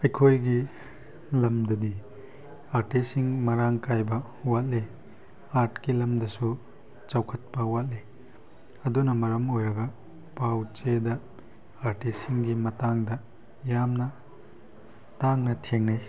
ꯑꯩꯈꯣꯏꯒꯤ ꯂꯝꯗꯗꯤ ꯑꯥꯔꯇꯤꯁꯁꯤꯡ ꯃꯔꯥꯡ ꯀꯥꯏꯕ ꯋꯥꯠꯂꯤ ꯑꯥꯔꯠꯀꯤ ꯂꯝꯗꯁꯨ ꯆꯥꯎꯈꯠꯄ ꯋꯥꯠꯂꯤ ꯑꯗꯨꯅ ꯃꯔꯝ ꯑꯣꯏꯔꯒ ꯄꯥꯎ ꯆꯦꯗ ꯑꯥꯔꯇꯤꯁꯁꯤꯡꯒꯤ ꯃꯇꯥꯡꯗ ꯌꯥꯝꯅ ꯇꯥꯡꯅ ꯊꯦꯡꯅꯩ